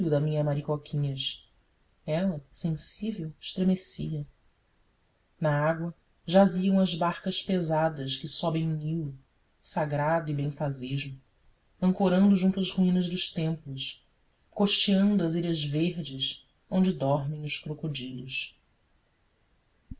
da minha maricoquinhas ela sensível estremecia na água jaziam as barcas pesadas que sobem o nilo sagrado e benfazejo ancorando junto às ruínas dos templos costeando as ilhas verdes onde dormem os crocodilos